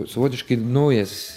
savotiškai naujas